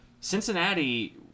Cincinnati